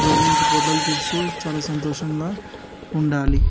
దూరం నుంచి ఫోటోలు తీస్తూ చాలా సంతోషంగా ఉండాలి